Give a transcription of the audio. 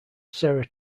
sarah